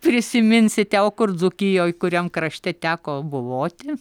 prisiminsite o kur dzūkijoj kuriam krašte teko buvoti